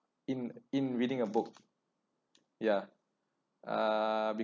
in in reading a book ya uh because